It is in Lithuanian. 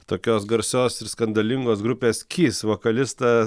tokios garsios ir skandalingos grupės kis vokalista